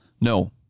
no